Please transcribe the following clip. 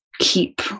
keep